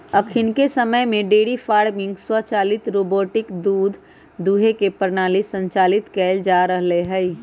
अखनिके समय में डेयरी फार्मिंग स्वचालित रोबोटिक दूध दूहे के प्रणाली संचालित कएल जा रहल हइ